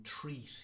treat